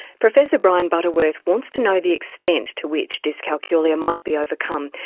professor brian butterworth wants to know the extent to which dyscalculia might be overcome.